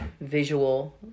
visual